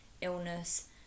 illness